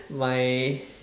my